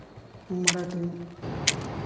Marathi